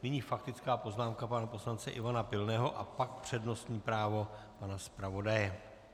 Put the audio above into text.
Nyní faktická poznámka pana poslance Ivana Pilného a pak přednostní právo pana zpravodaje.